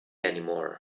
anymore